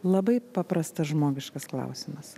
labai paprastas žmogiškas klausimas